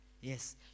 Yes